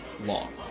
long